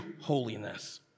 holiness